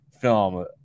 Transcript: film